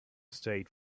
stayed